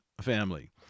family